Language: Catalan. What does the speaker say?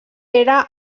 era